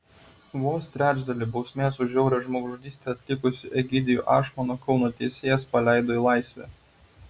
vos trečdalį bausmės už žiaurią žmogžudystę atlikusį egidijų ašmoną kauno teisėjas paleido į laisvę